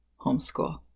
homeschool